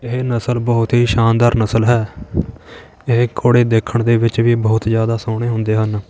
ਇਹ ਨਸਲ ਬਹੁਤ ਹੀ ਸ਼ਾਨਦਾਰ ਨਸਲ ਹੈ ਇਹ ਘੋੜੇ ਦੇਖਣ ਦੇ ਵਿੱਚ ਵੀ ਬਹੁਤ ਜ਼ਿਆਦਾ ਸੋਹਣੇ ਹੁੰਦੇ ਹਨ